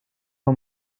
her